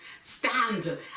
stand